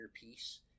piece